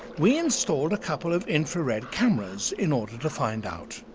we installed a couple of infrared cameras in order to find out.